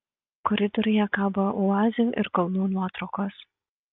koridoriuje kabojo oazių ir kalnų nuotraukos